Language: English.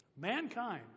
mankind